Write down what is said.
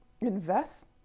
invest